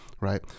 right